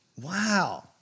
Wow